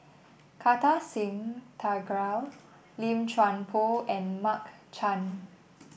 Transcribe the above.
Kartar Singh Thakral Lim Chuan Poh and Mark Chan